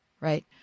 right